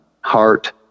heart